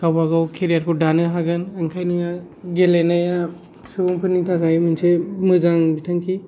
गावबागाव केरियारखौ दानो हागोन ओंखायनो गेलेनाया सुबुंफोरनि थाखाय मोनसे मोजां बिथांखि